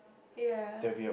ya